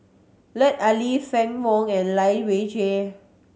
Lut Ali Fann Wong and Lai Weijie